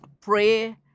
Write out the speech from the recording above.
pray